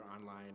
online